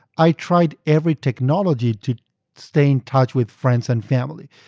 i tried every technology to stay in touch with friends and family.